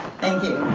thank you.